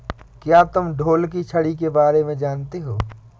क्या तुम ढोल की छड़ी के बारे में जानते हो?